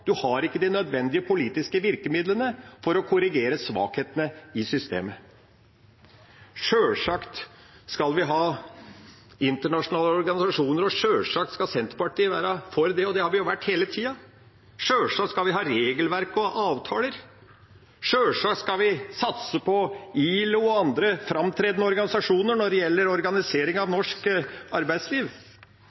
ikke har de nødvendige politiske virkemidlene for å korrigere svakhetene i systemet. Sjølsagt skal vi ha internasjonale organisasjoner, og sjølsagt skal Senterpartiet være for det, det har vi jo vært hele tida. Sjølsagt skal vi ha regelverk og avtaler. Sjølsagt skal vi satse på ILO og andre framtredende organisasjoner når det gjelder organisering av norsk arbeidsliv.